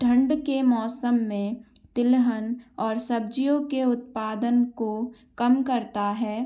ठंड के मौसम में तिलहन और सब्ज़ियों के उत्पादन को कम करता है